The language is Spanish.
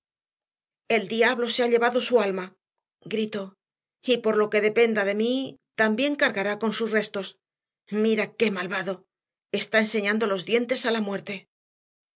el diablo se ha llevado su alma gritó y por lo que dependa de mí también cargará con sus restos mira qué malvado está enseñando los dientes a la muerte